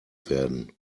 werden